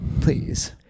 Please